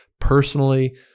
personally